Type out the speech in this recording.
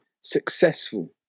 successful